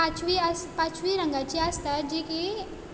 पांचवी आस पांचवी रंगाची आसता जी की